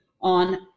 on